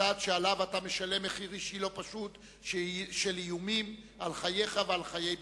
צעד שעליו אתה משלם מחיר אישי לא פשוט של איומים על חייך ועל חיי בנך.